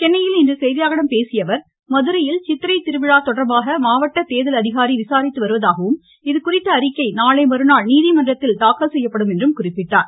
சென்னையில் இன்று செய்தியாளர்களிடம் பேசிய அவர் மதுரையில் சித்திரை திருவிழா தொடர்பாக மாவட்ட தேர்தல் அதிகாரி விசாரித்து வருவதாகவும் இதுகுறித்த அறிக்கை நாளை மறுநாள் நீதிமன்றத்தில் தாக்கல் செய்யப்படும் என்றும் குறிப்பிட்டார்